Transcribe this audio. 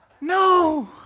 No